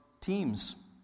teams